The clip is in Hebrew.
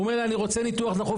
הוא אומר לה 'אני רוצה ניתוח דחוף'.